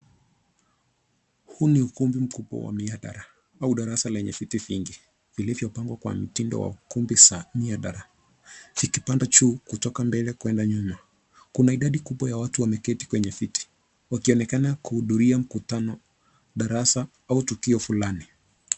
Huu ni ukumbi mkubwa wa mihadara au darasa lenye viti vingi vilivyopangwa kwa mtindo wa ukumbi wa mihadara vikipanda juu kutoka mbele kwenda nyuma. Kuna idadi kubwa ya watu wameketi kwenye viti wakionekana kuhudhuria mkutano, darasa au tukio fulani.